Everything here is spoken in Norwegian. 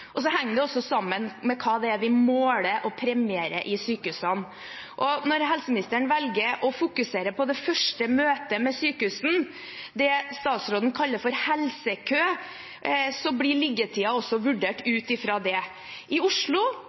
Det henger også sammen med hva det er vi måler og premierer i sykehusene. Når helseministeren velger å fokusere på det første møtet med sykehusene, det statsråden kaller for helsekø, så blir liggetiden også vurdert ut fra det. I Oslo